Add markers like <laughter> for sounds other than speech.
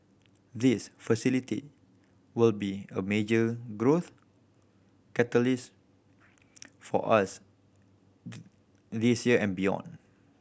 this facility will be a major growth catalyst for us <unintelligible> this year and beyond